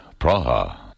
Praha